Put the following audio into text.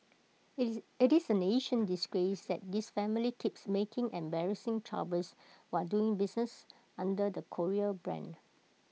IT is IT is A national disgrace that this family keeps making embarrassing troubles while doing business under the Korea brand